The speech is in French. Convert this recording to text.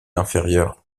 inférieure